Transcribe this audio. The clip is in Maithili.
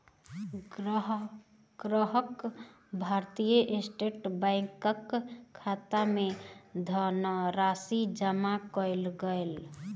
ग्राहक भारतीय स्टेट बैंकक खाता मे धनराशि जमा कयलक